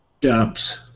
dumps